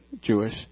Jewish